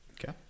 Okay